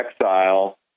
Exile